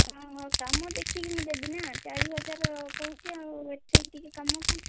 ହଁ ହେଉ କାମ ଦେଖିକି ମୁଁ ଦେବି ନା ଚାରିହାଜର କହୁଛି ଆଉ ଏତିକି ଟିକେ କାମକୁ